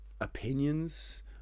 opinions